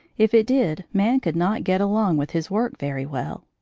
if it did, man could not get along with his work very well.